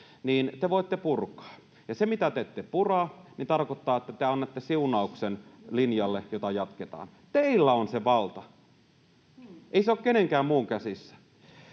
te voitte purkaa. Ja jos te ette pura, niin se tarkoittaa, että te annatte siunauksen linjalle, jota jatketaan. [Leena Meri: Juuri näin!] Teillä on se valta, ei se ole kenenkään muun käsissä.